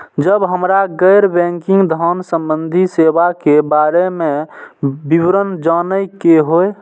जब हमरा गैर बैंकिंग धान संबंधी सेवा के बारे में विवरण जानय के होय?